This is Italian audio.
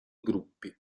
gruppi